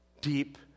deep